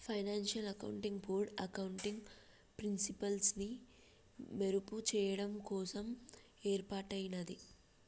financial accounting board accounting ప్రిన్సిపల్స్ని మెరుగుచెయ్యడం కోసం యేర్పాటయ్యినాది